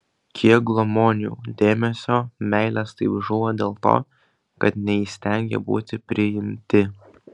kiek glamonių dėmesio meilės taip žūva dėl to kad neįstengė būti priimti